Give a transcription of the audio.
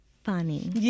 funny